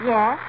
Yes